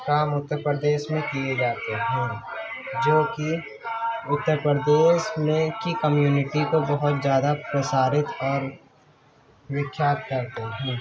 کام اتر پردیش میں کئے جاتے ہیں جو کہ اتر پردیش میں کی کمیونٹی کو بہت زیادہ پرسارت اور وکھیات کرتے ہیں